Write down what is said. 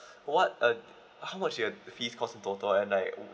what uh how much you have fees cost in total and like